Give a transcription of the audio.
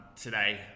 Today